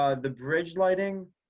ah the bridge lighting,